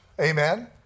Amen